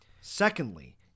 Secondly